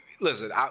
Listen